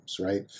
right